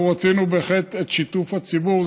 אנחנו רצינו בהחלט את שיתוף הציבור,